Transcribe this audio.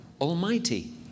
Almighty